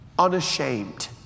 unashamed